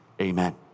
Amen